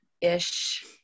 ish